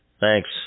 Thanks